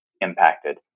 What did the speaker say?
impacted